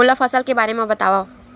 मोला फसल के बारे म बतावव?